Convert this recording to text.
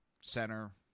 center